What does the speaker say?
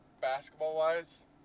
basketball-wise